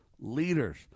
leaders